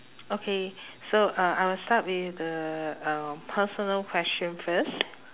okay so uh I will start with the um personal question first